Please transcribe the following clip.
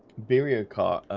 birria car